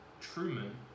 Truman